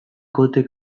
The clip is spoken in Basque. kote